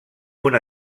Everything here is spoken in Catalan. una